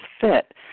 fit